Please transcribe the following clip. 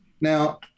Now